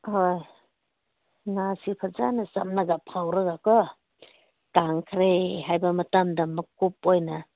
ꯍꯣꯏ ꯉꯥꯁꯤ ꯐꯖꯅ ꯆꯥꯝꯂꯁ ꯐꯧꯔꯒꯀꯣ ꯀꯪꯈ꯭ꯔꯦ ꯍꯥꯏꯕ ꯃꯇꯝꯗ ꯃꯀꯨꯞ ꯑꯣꯏꯅ